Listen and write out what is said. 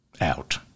Out